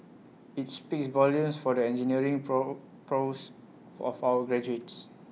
IT speaks volumes for the engineering pro prowess of our graduates